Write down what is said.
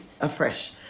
afresh